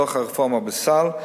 לתוך הרפורמה, בסל.